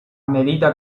medida